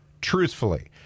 Truthfully